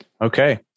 Okay